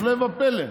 הפלא ופלא,